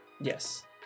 Yes